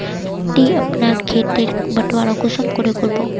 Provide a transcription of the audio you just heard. ती अपना खेत तेर बटवारा कुंसम करे करबो?